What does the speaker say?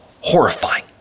horrifying